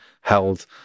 held